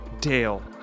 Dale